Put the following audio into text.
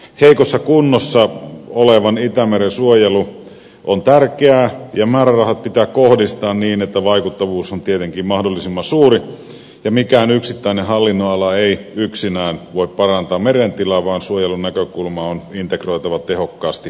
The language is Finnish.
heikossa kunnossa olevan itämeren suojelu on tärkeää ja määrärahat pitää kohdistaa niin että vaikuttavuus on tietenkin mahdollisimman suuri ja mikään yksittäinen hallinnonala ei yksinään voi parantaa meren tilaa vaan suojelunäkökulmaa on integroitava tehokkaasti kaikille hallinnonaloille